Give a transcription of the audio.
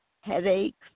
headaches